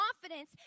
confidence